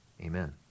amen